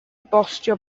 bostio